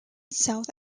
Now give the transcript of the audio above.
south